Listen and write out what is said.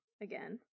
again